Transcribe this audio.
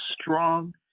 strong